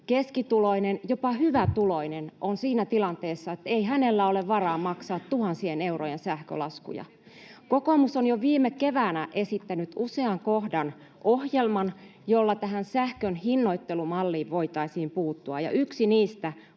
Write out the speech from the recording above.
Keskituloinen, jopa hyvätuloinen, on siinä tilanteessa, että ei hänellä ole varaa maksaa tuhansien eurojen sähkölaskuja. Kokoomus on jo viime keväänä esittänyt usean kohdan ohjelman, jolla sähkön hinnoittelumalliin voitaisiin puuttua,